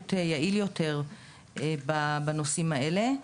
שירות יעיל יותר בנושאים האלה.